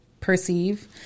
perceive